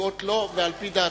הנוגעות לו, ועל-פי דעתו.